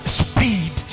speed